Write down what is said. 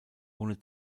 ohne